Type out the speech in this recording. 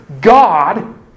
God